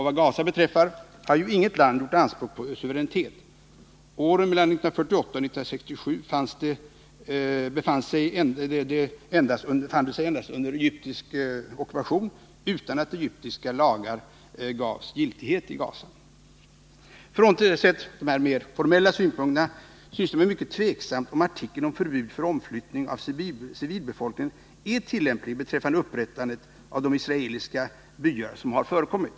Vad Gaza beträffar har ju inget land gjort anspråk på suveränitet. Åren mellan 1948 och 1967 befann det sig endast under egyptisk ockupation utan Nr 31 att egyptiska lagar gavs giltighet i Gaza. Måndagen den Frånsett dessa mer formella synpunkter synes det mig mycket tveksamt — 19 november 1979 om artikeln om förbud mot omflyttning av civilbefolkningen är tillämplig = beträffande det upprättande av israeliska byar som har förekommit.